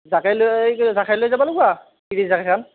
জাকে লৈ এই জাকেই লৈ যাব লাগিবো আ তিৰিৰ জাকেখান